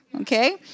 okay